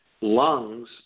lungs